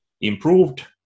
improved